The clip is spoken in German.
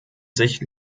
sich